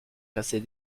casser